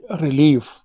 relief